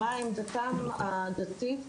מה עמדתם הדתית,